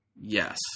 Yes